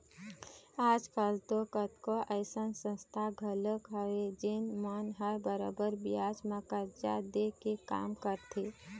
आज कल तो कतको अइसन संस्था घलोक हवय जेन मन ह बरोबर बियाज म करजा दे के काम करथे